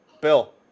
Bill